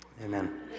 Amen